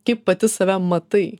kaip pati save matai